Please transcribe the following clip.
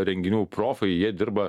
renginių profai jie dirba